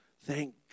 Thank